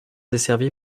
desservie